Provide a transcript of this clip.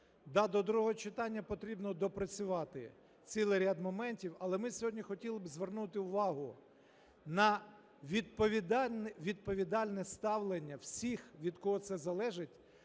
до другого читання потрібно доопрацювати цілий ряд моментів, але ми сьогодні хотіли би звернути увагу на відповідальне ставлення всіх, від кого це залежить,